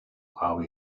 how